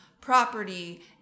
property